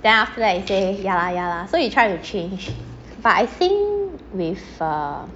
then after that he say ya lah ya lah so he tried to change but I think with uh